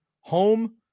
home